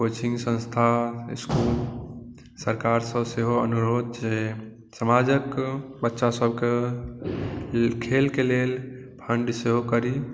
coaching संस्था school सरकारसंँ सेहो अनुरोध जे समाजक बच्चा सबक खेलक लेल फण्ड सेहो करी